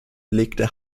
legte